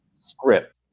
script